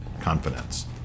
confidence